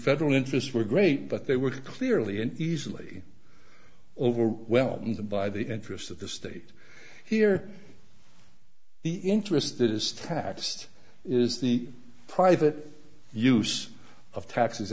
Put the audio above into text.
federal interests were great but they were clearly and easily overwhelmed by the interests of the state here the interest is taxed is the private use of taxes